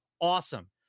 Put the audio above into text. Awesome